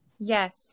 Yes